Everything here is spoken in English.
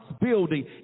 building